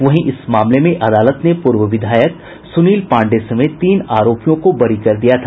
वहीं इस मामले में अदालत ने पूर्व विधायक सुनील पांडेय समेत तीन आरोपियों को बरी कर दिया था